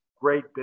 great